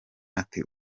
ati